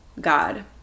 God